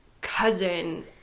cousin